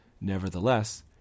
Nevertheless